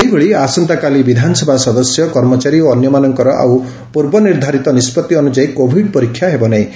ସେହିଭଳି ଆସନ୍ତାକାଲି ବିଧାନସଭା ସଦସ୍ୟ କର୍ମଚାରୀ ଓ ଅନ୍ୟମାନଙ୍କର ଆଉ ପୂର୍ବ ନିର୍ବ୍ବାରିତ ନିଷ୍ବଭି ଅନୁଯାୟୀ କୋଭିଡି ପରୀକ୍ଷା ହେବ ନାହିଁ